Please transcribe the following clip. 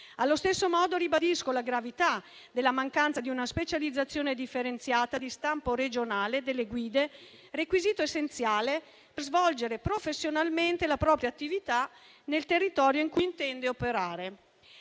Allo stesso modo, ribadisco la gravità della mancanza di una specializzazione differenziata di stampo regionale delle guide, requisito essenziale per svolgere professionalmente la propria attività nel territorio in cui intende operare.